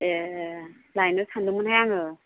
ए लायनो सानदोंमोन मोनहाय आङो